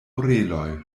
oreloj